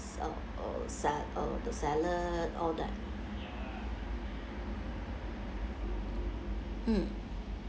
s~ uh uh sa~ uh the salad all that mm